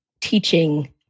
teaching